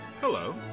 hello